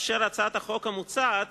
הצעת החוק המוצעת